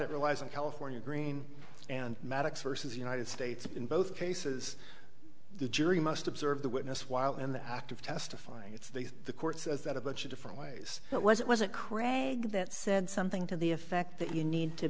it relies on california green and maddox versus united states in both cases the jury must observe the witness while in the act of testifying it's they the court says that a bunch of different ways it was it wasn't craig that said something to the effect that you need to